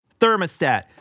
thermostat